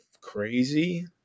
crazy